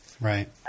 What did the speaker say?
Right